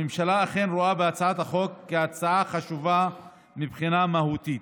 הממשלה אכן רואה בהצעת החוק הצעה חשובה מבחינה מהותית.